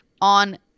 on